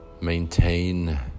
Maintain